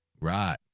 Right